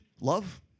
Love